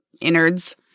innards